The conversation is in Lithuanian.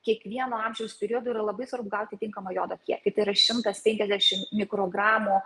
kiekvieno amžiaus periodu yra labai svarbu gauti tinkamą jodo kiekį tai yra šimtas penkiasdešimt mikrogramų